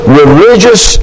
religious